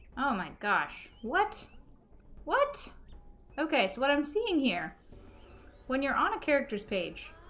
oh my gosh what what okay so what i'm seeing here when you're on a characters page